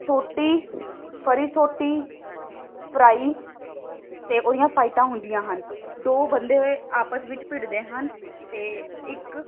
ਸੋਟੀ ਫਰੀ ਸੋਟੀ ਫਰਾਈ ਅਤੇ ਉਹਦੀਆਂ ਫਾਈਟਾਂ ਹੁੰਦੀਆਂ ਹਨ ਦੋ ਬੰਦੇ ਆਪਸ ਵਿੱਚ ਭਿੜਦੇ ਹਨ ਅਤੇ ਇੱਕ